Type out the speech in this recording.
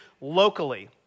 locally